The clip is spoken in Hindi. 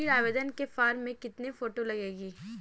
ऋण आवेदन के फॉर्म में कितनी फोटो लगेंगी?